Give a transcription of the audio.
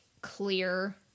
clear